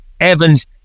Evans